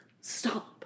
stop